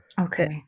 Okay